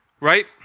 right